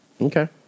Okay